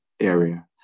area